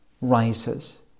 rises